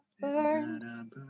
Burn